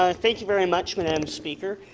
ah and thank you very much madam speaker.